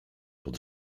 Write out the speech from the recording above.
pod